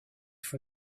for